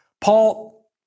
Paul